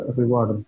reward